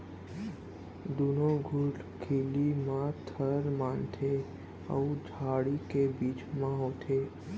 दुनो धुरखिली म थर माड़थे अउ डांड़ी के बीच म होथे